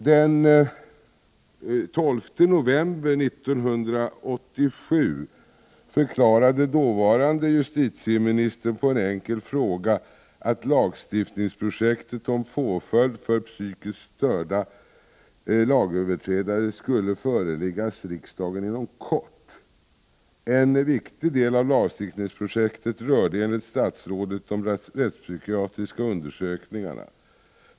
Den 12 november 1987 förklarade den dåvarande justitieministern i ett svar på en fråga i riksdagen att lagstiftningsprojektet om påföljd för psykiskt störda lagöverträdare skulle föreläggas riksdagen inom kort. En viktig del av lagstiftningsprojektet rörde enligt statsrådet de rättspsykiatriska undersökningarna.